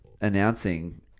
announcing